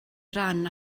ran